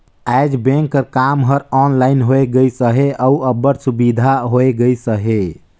आएज बेंक कर काम हर ऑनलाइन होए गइस अहे अउ अब्बड़ सुबिधा होए गइस अहे